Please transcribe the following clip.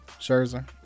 Scherzer